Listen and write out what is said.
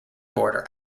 border